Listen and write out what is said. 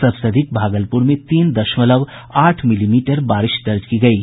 सबसे अधिक भागलपुर में तीन दशमलव आठ मिलीमीटर बारिश दर्ज की गयी